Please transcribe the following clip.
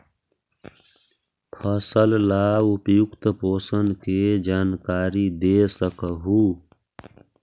फसल ला उपयुक्त पोषण के जानकारी दे सक हु?